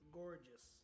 gorgeous